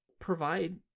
Provide